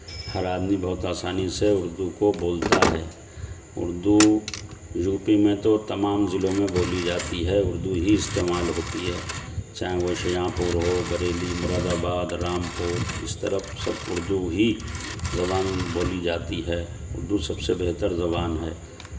ہر آدمی بہت آسانی سے اردو کو بولتا ہے اردو یوپی میں تو تمام ضلعوں میں بولی جاتی ہے اردو ہی استعمال ہوتی ہے چاہے وہ شہجہاںپور ہو بریلی ہو مراد آباد رامپور اس طرف سب اردو ہی زبان بولی جاتی ہے اردو سب سے بہتر زبان ہے